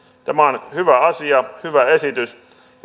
tämä on hyvä asia hyvä esitys